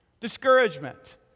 discouragement